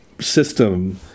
system